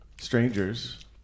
Strangers